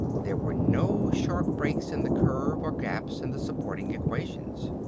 there were no sharp breaks in the curve or gaps in the supporting equations.